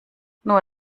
nur